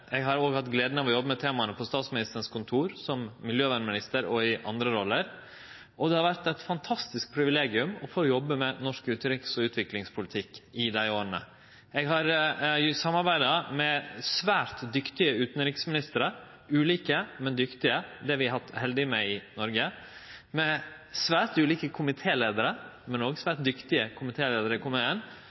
Eg har òg hatt gleda av å jobbe med temaa på Statsministerens kontor, som miljøvernminister og i andre roller, og det har vore eit fantastisk privilegium å få jobbe med norsk utanriks- og utviklingspolitikk i dei åra. Eg har samarbeidd med svært dyktige utanriksministrar – ulike, men dyktige, det er vi heldige med i Noreg – med svært ulike, men òg svært dyktige komitéleiarar, og eit sett av dyktige, sentrale og veldig hyggelege politikarar i